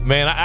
Man